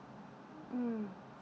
mm